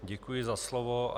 Děkuji za slovo.